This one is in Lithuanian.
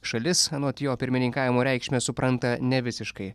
šalis anot jo pirmininkavimo reikšmę supranta ne visiškai